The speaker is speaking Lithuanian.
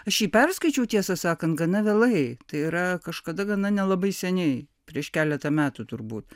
aš jį perskaičiau tiesą sakant gana vėlai tai yra kažkada gana nelabai seniai prieš keletą metų turbūt